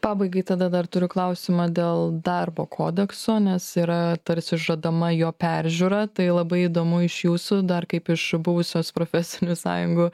pabaigai tada dar turiu klausimą dėl darbo kodekso nes yra tarsi žadama jo peržiūra tai labai įdomu iš jūsų dar kaip iš buvusios profesinių sąjungų